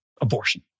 Abortion